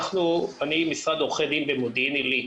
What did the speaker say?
אני משרד עורכי דין במודיעין עלית,